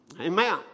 Amen